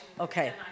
okay